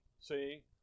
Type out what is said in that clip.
See